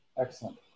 Excellent